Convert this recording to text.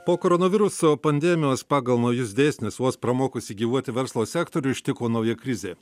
po koronaviruso pandemijos pagal naujus dėsnius vos pramokusį gyvuoti verslo sektorių ištiko nauja krizė